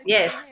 Yes